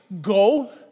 Go